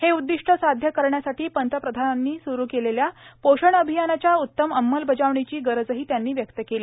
हे उद्दिष्ट साध्य करण्यासाठी पंतप्रधानांनी सुरू केलेल्या पोषण अभियानाच्या उत्तम अंमलबजावणीची गरजही त्यांनी व्यक्त केली